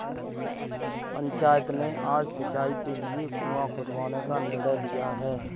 पंचायत ने आज सिंचाई के लिए कुआं खुदवाने का निर्णय लिया है